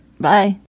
Bye